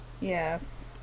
yes